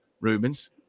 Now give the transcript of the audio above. Rubens